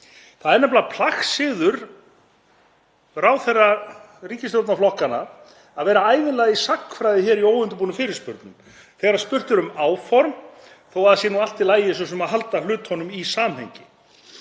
Það er nefnilega plagsiður ráðherra ríkisstjórnarflokkanna að vera ævinlega í sagnfræði í óundirbúnum fyrirspurnum þegar spurt er um áform, þó að það sé allt í lagi svo sem að halda hlutunum í samhengi.